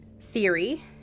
theory